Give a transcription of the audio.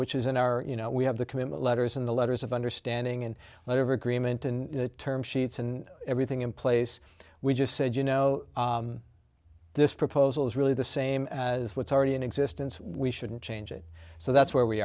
which is in our you know we have the commitment letters and the letters of understanding and whatever agreement and term sheets and everything in place we just said you know this proposal is really the same as what's already in existence we shouldn't change it so that's where we